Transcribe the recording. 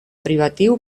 privatiu